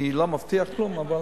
אני לא מבטיח כלום אבל